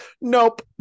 Nope